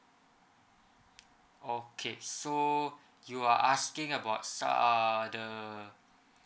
okay so you are asking about s~ the